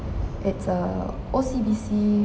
it's a O_C_B_C